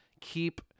Keep